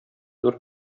зур